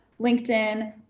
LinkedIn